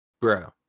bro